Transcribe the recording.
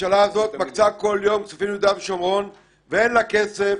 הממשלה הזאת מקצה כל יום כספים ליהודה ושומרון ואין לה כסף